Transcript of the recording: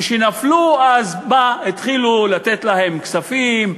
כשנפלו אז התחילו לתת להם כספים,